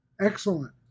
Excellent